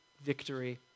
victory